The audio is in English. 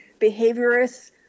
behaviorists